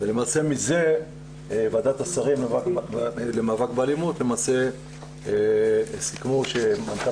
ולמעשה מזה וועדת השרים למאבק באלימות סיכמו שמנכ"ל